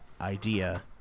idea